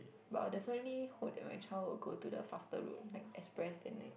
but I'll definitely hope that my child would go to the faster route like express then like